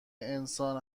انسان